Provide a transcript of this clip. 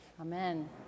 Amen